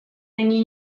není